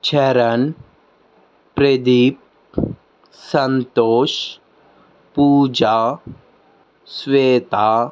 Charan Pradeep Santosh Pooja Shweta